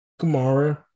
Kamara